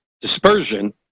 dispersion